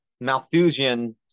malthusian